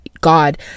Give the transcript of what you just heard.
God